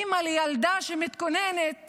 אימא לילדה שמתכוננת